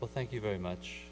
well thank you very much